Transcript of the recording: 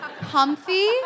comfy